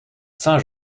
saint